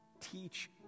teach